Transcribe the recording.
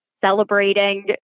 celebrating